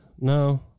No